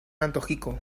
antojico